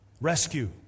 rescue